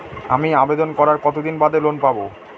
আমি আবেদন করার কতদিন বাদে লোন পাব?